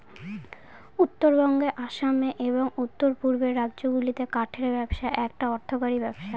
উত্তরবঙ্গে আসামে এবং উত্তর পূর্বের রাজ্যগুলাতে কাঠের ব্যবসা একটা অর্থকরী ব্যবসা